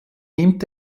nimmt